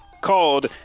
called